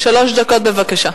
שלוש דקות, בבקשה.